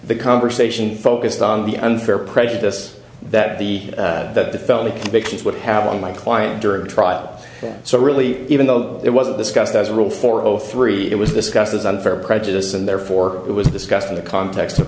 the conversation focused on the unfair prejudice that the that the felony convictions would have on my client during a trial so really even though it wasn't discussed as a rule for over three it was discussed as unfair prejudice and therefore it was discussed in the context of